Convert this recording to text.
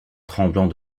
tremblant